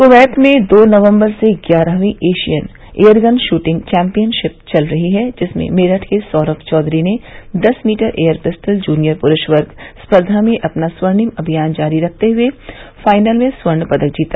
Kuwait में दो नवम्बर से ग्यारहवीं एशियन एयरगन शूटिंग चैम्पियनशिप चल रही है जिसमें मेरठ के सौरम चौधरी ने दस मीटर एयर पिस्टल जूनियर पुरूष वर्ग स्पर्धा में अपना स्वर्णिम अभियान जारी रखते हुए फाइनल में स्वर्ण पदक जीता